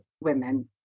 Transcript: women